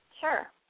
Sure